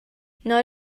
not